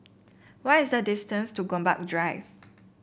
what is the distance to Gombak Drive